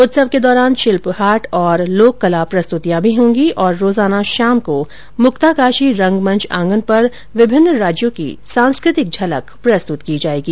उत्सव के दौरान शिल्पहाट तथा लोक कला प्रस्तुतियां होंगी और रोजाना शाम को मुक्ताकाशी रंगमंच आंगन पर विभिन्न राज्यों की सांस्कृतिक झलक प्रस्तुत की जायेगी